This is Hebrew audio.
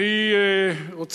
מי שבא אחרון יוצא ראשון.